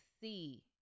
see